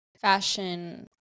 fashion